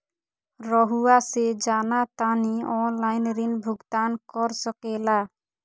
रहुआ से जाना तानी ऑनलाइन ऋण भुगतान कर सके ला?